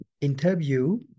interview